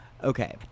Okay